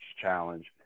Challenge